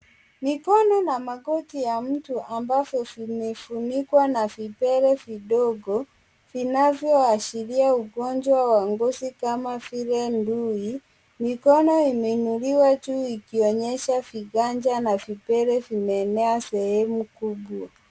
Mikono na magoti ya mtu ambavyo, vimefunikwa na vipele vidogo vinavyo ashiria ugonjwa wa ngozi kama vile, ndui. Mikono imeinuliwa juu, ikionyesha viganja na vipele vimeenea sehemu kubwa.